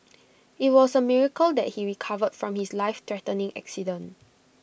IT was A miracle that he recovered from his lifethreatening accident